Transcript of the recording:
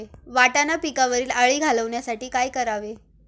वाटाणा पिकावरील अळी घालवण्यासाठी काय करावे?